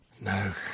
No